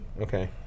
Okay